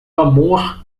amor